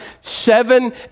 Seven